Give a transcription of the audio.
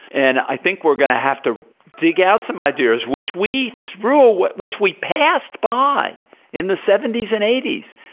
and i think we're going to have to dig out some ideas, which we threw, which we passed by in the seventy s and eighty s,